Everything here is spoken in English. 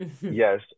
Yes